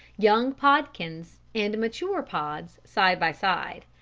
young podkins and mature pods side by side.